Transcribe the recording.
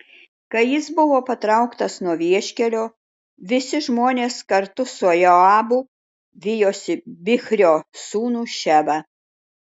kai jis buvo patrauktas nuo vieškelio visi žmonės kartu su joabu vijosi bichrio sūnų šebą